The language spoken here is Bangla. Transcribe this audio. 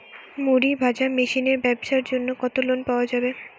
মুড়ি ভাজা মেশিনের ব্যাবসার জন্য লোন পাওয়া যাবে?